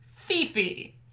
Fifi